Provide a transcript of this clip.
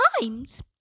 times